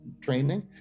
training